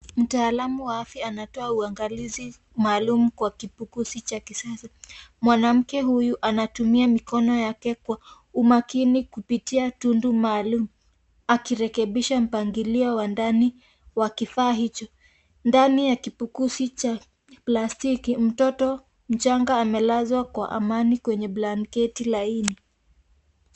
Mtaalamu wa afya anatoa uangalizi maalum kwa kibukuzi cha kisasa. Mwanamke huyu anatumia mikono yake kwa umakini kupitia tundu maalum akirekebisha mpangilio wa ndani wa kifaa hicho. Ndani ya kibukuzi cha plastiki, mtoto mchanga amelazwa kwa amani kwenye blanketi laini.